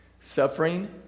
suffering